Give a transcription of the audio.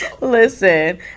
Listen